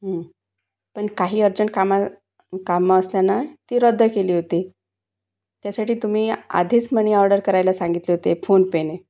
पण काही अर्जंट कामं कामं असल्यानं ती रद्द केली होती त्यासाठी तुम्ही आधीच मनिऑर्डर करायला सांगितले होते फोनपेने